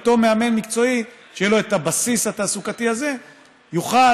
אותו מאמן מקצועי שיהיה לו הבסיס התעסוקתי הזה יוכל